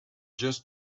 just